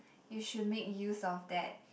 you should make use of that